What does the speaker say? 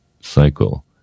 cycle